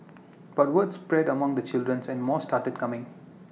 but word spread among the children's and more started coming